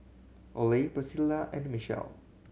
Oley Priscilla and Michell